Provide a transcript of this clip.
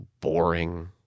boring